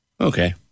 Okay